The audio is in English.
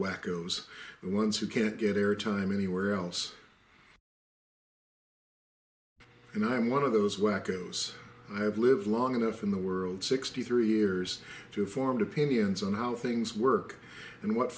wackos the ones who can't get air time anywhere else and i'm one of those wackos i have lived long enough in the world sixty three years to formed opinions on how things work and what